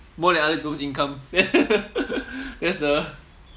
more than other's people income that's the